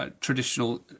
traditional